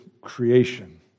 creation